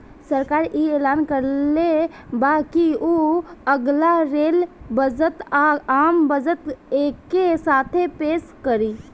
सरकार इ ऐलान कइले बा की उ अगला रेल बजट आ, आम बजट एके साथे पेस करी